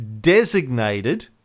designated